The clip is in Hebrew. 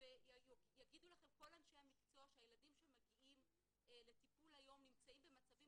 ויגידו לכם כל אנשי המקצוע שהילדים שמגיעים לטיפול היום נמצאים במצבים